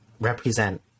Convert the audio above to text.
represent